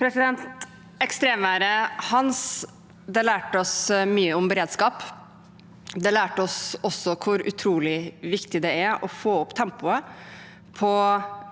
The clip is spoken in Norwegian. Ekstremværet «Hans» lærte oss mye om beredskap. Det lærte oss også hvor utrolig viktig det er å få opp tempoet på